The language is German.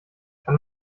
kann